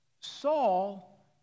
Saul